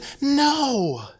No